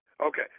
Okay